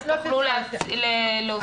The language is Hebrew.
אז תוכלו להוסיף בשמחה.